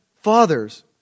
fathers